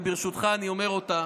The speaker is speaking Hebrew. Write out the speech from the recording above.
וברשותך אני אומר אותה,